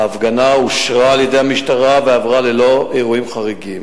ההפגנה אושרה על-ידי המשטרה ועברה ללא אירועים חריגים.